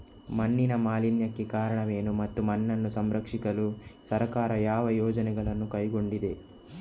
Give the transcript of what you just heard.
ಮಣ್ಣಿನ ಮಾಲಿನ್ಯಕ್ಕೆ ಕಾರಣವೇನು ಮತ್ತು ಮಣ್ಣನ್ನು ಸಂರಕ್ಷಿಸಲು ಸರ್ಕಾರ ಯಾವ ಯೋಜನೆಗಳನ್ನು ಕೈಗೊಂಡಿದೆ?